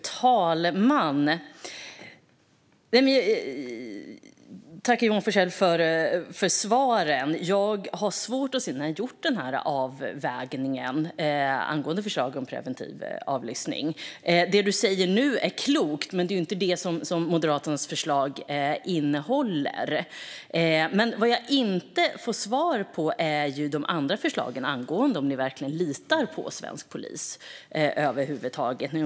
Fru talman! Tack, Johan Forssell, för svaren! Jag har svårt att se att ni har gjort den avvägningen angående förslaget om preventiv avlyssning. Det du säger nu är klokt, men det är inte vad Moderaternas förslag innehåller. Vad jag inte får svar på gäller de andra förslagen och om ni verkligen litar på svensk polis över huvud taget.